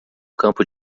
campo